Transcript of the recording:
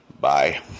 bye